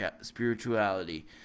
spirituality